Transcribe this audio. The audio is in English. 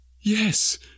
Yes